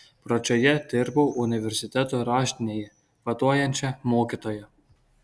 pradžioje dirbau universiteto raštinėje vaduojančia mokytoja